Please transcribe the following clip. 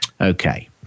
Okay